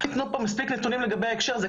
תתנו פה מספיק נתונים לגבי ההקשר הזה,